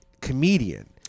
comedian